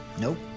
Nope